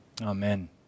Amen